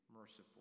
merciful